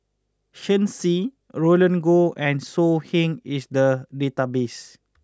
Shen Xi Roland Goh and So Heng is the database